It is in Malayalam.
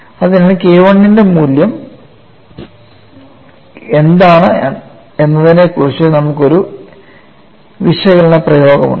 അതിനാൽ K I യുടെ മൂല്യം എന്താണ് എന്നതിനെക്കുറിച്ച് നമുക്കു ഒരു വിശകലന പ്രയോഗമുണ്ട്